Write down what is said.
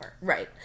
right